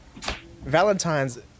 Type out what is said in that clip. Valentine's